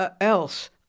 else